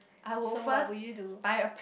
so what will you do